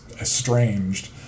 estranged